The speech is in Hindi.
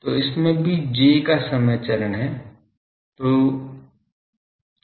तो इसमें भी j का समय चरण है